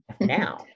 now